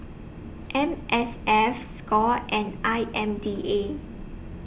M S F SCORE and I M D A